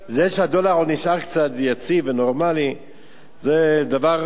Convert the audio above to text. זה שהדולר עוד נשאר קצת יציב ונורמלי זה דבר,